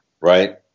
Right